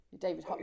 David